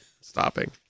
Stopping